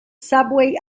subway